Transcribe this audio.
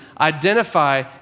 identify